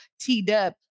T-Dub